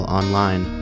online